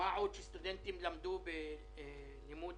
מאלצים לשלם שני סמסטרים בבת אחת.